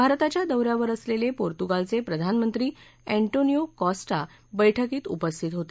भारताच्या दौऱ्यावर असलेले पोर्तुगालचे प्रधानमंत्री अप्तौनिओ कॉस्टा बैठकीत उपस्थित होते